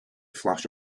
flash